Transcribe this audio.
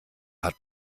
hat